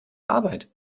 arbeit